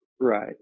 Right